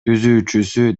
түзүүчүсү